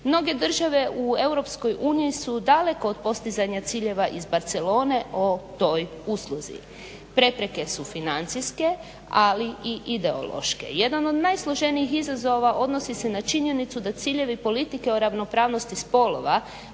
mnoge države u Europskoj uniji su daleko od postizanja ciljeva iz Barcelone o toj usluzi, prepreke su financijske, ali i ideološke. Jedan od najsloženijih izazova odnosi se na činjenicu da ciljevi politike o ravnopravnosti spolova,